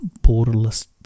borderless